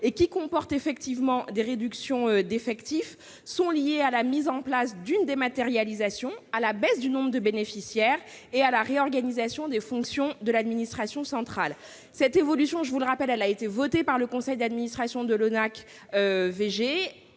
qui comportent des réductions d'effectifs, sont liées à la mise en place d'une dématérialisation, à la baisse du nombre de bénéficiaires et à la réorganisation des fonctions de l'administration centrale. Cette évolution, je vous le rappelle, a été votée par le conseil d'administration de l'ONAC-VG,